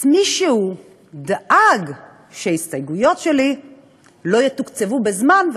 אז מישהו דאג שההסתייגויות שלי לא יתוקצבו בזמן,